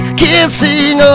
kissing